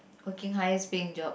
okay highest paying job